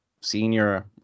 senior